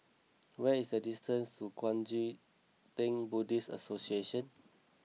where is the distance to Kuang Chee Tng Buddhist Association